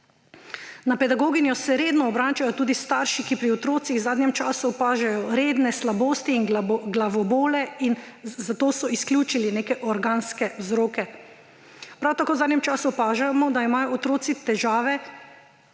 Na pedagoginjo se redno obračajo tudi starši, ki pri otrocih v zadnjem času opažajo redne slabosti in glavobole in za to so izključili neke organske vzroke. Prav tako v zadnjem času opažamo, da imajo otroci težave